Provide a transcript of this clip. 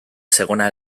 segona